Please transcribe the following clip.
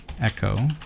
echo